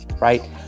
right